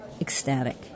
ecstatic